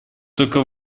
только